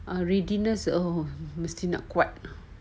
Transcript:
our readiness oh mesti nak kuat